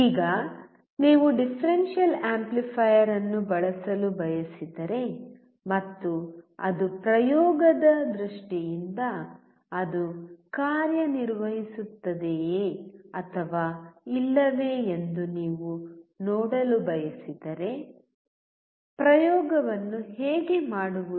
ಈಗ ನೀವು differential amplifier ಅನ್ನು ಬಳಸಲು ಬಯಸಿದರೆ ಮತ್ತು ಅದು ಪ್ರಯೋಗದ ದೃಷ್ಟಿಯಿಂದ ಅದು ಕಾರ್ಯನಿರ್ವಹಿಸುತ್ತಿದೆಯೆ ಅಥವಾ ಇಲ್ಲವೇ ಎಂದು ನೀವು ನೋಡಲು ಬಯಸಿದರೆ ಪ್ರಯೋಗವನ್ನು ಹೇಗೆ ಮಾಡುವುದು